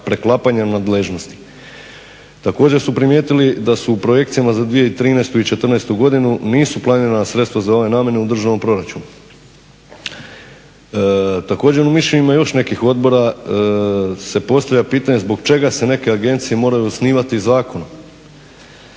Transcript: preklapanja nadležnosti." Također su primijetili da u projekcijama za 2013. i 2014. godinu nisu planirana sredstva za ove namjene u državnom proračunu. Također jedno mišljenje u ime još nekih odbora se postavlja pitanje zbog čega se neke agencije moraju osnivati zakonom?